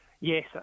Yes